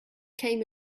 came